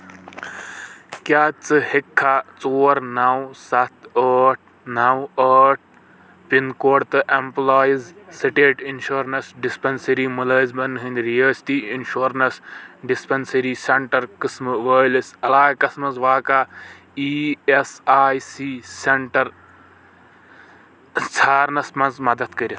کیٛاہ ژٕ ہیٚککھا ژور نو سَتھ ٲٹھ نو ٲٹھ پَن کوڈ تہٕ ایمپلایِز سٹیٹ اِنشورَنس ڈِسپینسری مُلٲزِمن ہِنٛد رِیٲستی اِنشورَنس ڈِسپیٚنٛسرٛی سینٹر قٕسم وٲلِس علاقس مَنٛز واقع E S I C centre ژھارنَس مَنٛز مدد کٔرِتھ